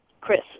Chris